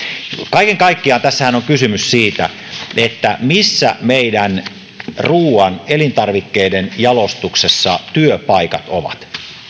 kaiken kaikkiaanhan tässä on kysymys siitä missä meidän ruoan elintarvikkeiden jalostuksessa työpaikat ovat